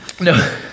no